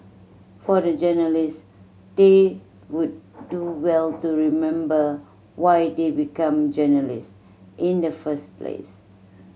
for the journalist they would do well to remember why they become journalist in the first place